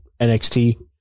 NXT